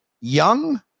young